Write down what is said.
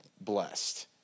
blessed